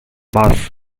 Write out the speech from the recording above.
boss